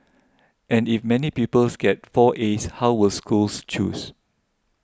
and if many peoples get four As how will schools choose